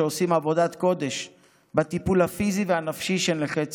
שעושים עבודת קודש בטיפול הפיזי והנפשי של נכי צה"ל.